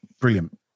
Brilliant